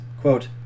quote